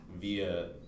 via